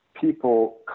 people